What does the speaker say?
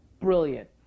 brilliant